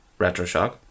Retroshock